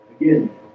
Again